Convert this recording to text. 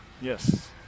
Yes